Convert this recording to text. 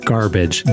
Garbage